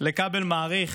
לכבל מאריך,